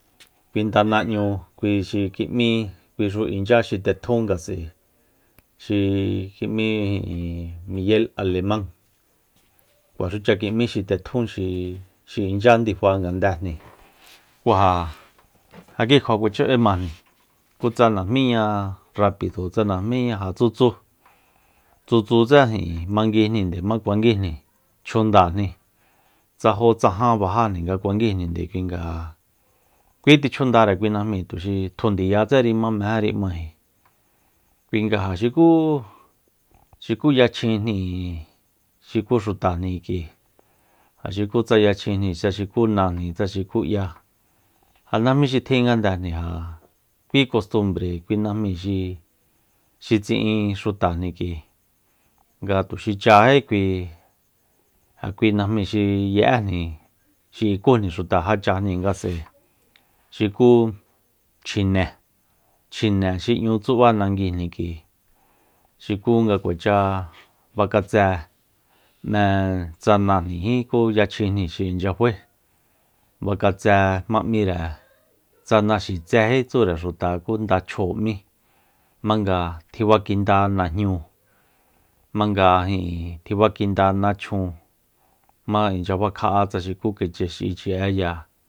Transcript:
Kui ndana 'ñu kui xi ki'mí kuixu inchya xitetjún ngatu'sae xi ki'mí miguel aleman kuaxucha ki'mí xi tetjún xi- xi inchya ndifa ngandejni ku ja- ja kikjua kuacha b'emajni ku tsa najmíña rapido tsa najmíña ja tsutsu- tsutsutse ijin manguijninde jma kuanguijni chjundáajni tsa jó tsa jan bajajni nga kuanguijni kui nga ja kui ti chjundare kui najmi tuxi tju ndiyatséri tsa jma k'uaenji kui nga ja xukú-xuku yachjinjni xuku xutajni kik'ui ja xuku tsa yachjinjni tsa xuku najni tsa xuku 'ya ja najmi xi tjin ngandejni ja kui kostumbre kui najmi xi tsi'in xutajni k'ui nga tuxi chjají kui ja kui najmí xi ye'éjni xi ik'ujni xuta jachajni nga s'ae xuku chjine- chjine xi 'ñu tsub'á nanguijni k'ui xuku nga kuacha fak'atse 'me tsa najnijí kú yachjinjni xi inchya fae fak'atse jma m'íre tsa naxits'ejí tsure xuta ku ndachjo m'í jmanga tjifakinda najñúu jmanga ijin tji fakinda nachjun jma inchya fakja'a tsa xuku kichax'í'eya